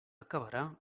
acabarà